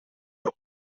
per